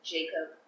Jacob